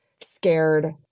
scared